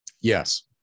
yes